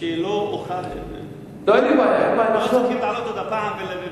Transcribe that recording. כך שלא צריך לעלות עוד פעם.